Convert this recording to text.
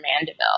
Mandeville